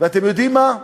ואתה יודעים מה?